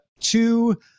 two